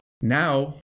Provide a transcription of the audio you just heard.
Now